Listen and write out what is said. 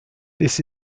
this